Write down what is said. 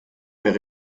mehr